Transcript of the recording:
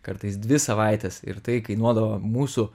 kartais dvi savaites ir tai kainuodavo mūsų